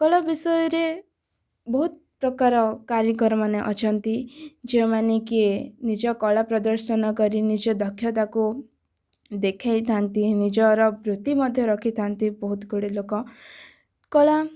କଳା ବିଷୟରେ ବହୁତ ପ୍ରକାର କାରିଗରମାନେ ଅଛନ୍ତି ଯେଉଁମାନେ କି ନିଜ କଳା ପ୍ରଦର୍ଶନ କରି ନିଜ ଦକ୍ଷତାକୁ ଦେଖାଇଥାନ୍ତି ନିଜର ବୃତ୍ତି ମଧ୍ୟ ରଖିଥାନ୍ତି ବହୁତ ଗୁଡ଼ିଏ ଲୋକ କଳା